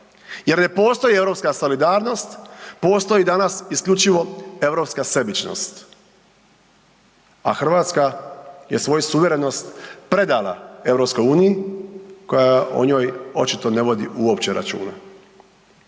jer ne postoji europska solidarnost, postoji danas isključivo europska sebičnost. A Hrvatska je svoju suverenost predala EU koja o njoj očito ne vodi računa.